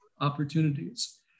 opportunities